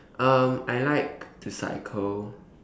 um I like to cycle